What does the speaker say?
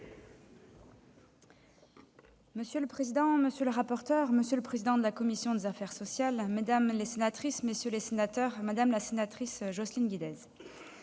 Monsieur le président, monsieur le rapporteur, monsieur le président de la commission des affaires sociales, mesdames les sénatrices, messieurs les sénateurs, madame Jocelyne Guidez,